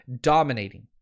dominating